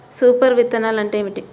Super విత్తనాలు అంటే ఏమిటి?